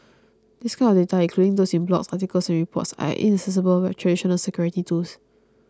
this kind of data including those in blogs articles and reports are inaccessible by traditional security tools